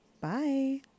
Bye